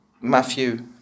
Matthew